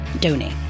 donate